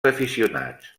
aficionats